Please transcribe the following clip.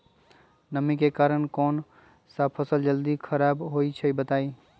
नमी के कारन कौन स फसल जल्दी खराब होई छई बताई?